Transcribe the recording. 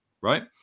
right